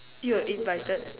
you are invited